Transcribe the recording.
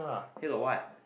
here got what